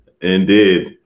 Indeed